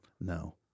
No